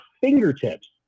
fingertips